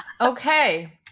Okay